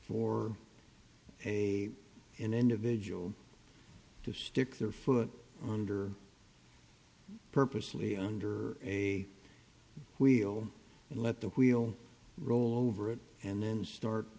for a individual to stick their foot under purposely under a wheel and let the wheel roll over it and then start